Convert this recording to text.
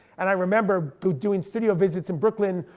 and i remember doing studio visits in brooklyn,